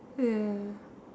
ya